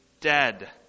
dead